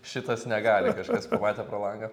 šitas negali kažkas pamatė pro langą